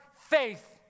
faith